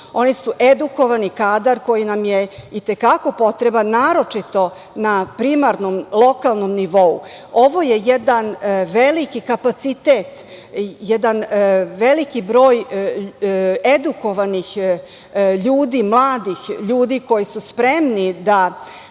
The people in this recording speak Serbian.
Oni su edukovani kadar koji je i te kako potreban, naročito na primarnom i lokalnom nivou. Ovo je jedan veliki kapacitet, jedan veliki broj edukovanih ljudi, mladih ljudi koji su spremni da